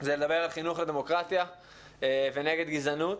זה לדבר על חינוך לדמוקרטיה ונגד גזענות.